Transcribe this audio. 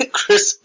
Chris